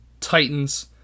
Titans